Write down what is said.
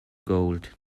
gold